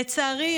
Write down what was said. לצערי,